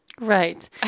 right